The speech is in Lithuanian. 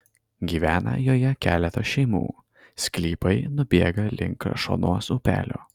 gyvena joje keletas šeimų sklypai nubėga link krašuonos upelio